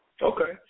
Okay